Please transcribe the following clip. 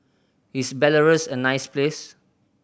is Belarus a nice place